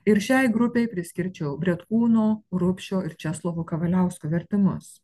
ir šiai grupei priskirčiau bretkūno rubšio ir česlovo kavaliausko vertimus